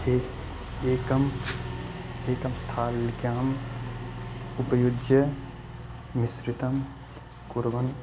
एक् एकं एकं स्थालिकायाम् उपयुज्य मिश्रितं कुर्वन्